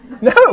No